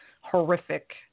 horrific